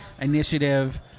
initiative